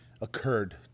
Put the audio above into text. occurred